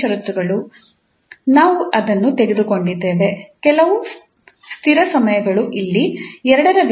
ನಾವು ಅದನ್ನು ತೆಗೆದುಕೊಂಡಿದ್ದೇವೆ ಕೆಲವು ಸ್ಥಿರ ಸಮಯಗಳು ಇಲ್ಲಿ ಎರಡರ ವ್ಯತ್ಯಾಸ